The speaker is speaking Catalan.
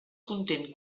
content